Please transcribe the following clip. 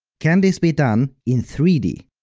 can this be done in three d?